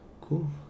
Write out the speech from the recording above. Cool